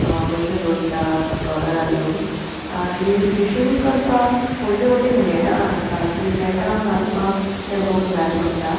पयशे जोडटा ट्रॉलरार येवन आनी फिशींग करपाक व्हडलीं व्हडलीं नॅटां आसता तीं नॅटां घालपाक ते लोक जाय पडटा